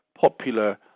popular